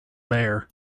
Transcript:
bare